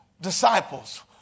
disciples